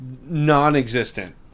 non-existent